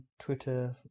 Twitter